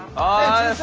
i